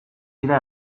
dira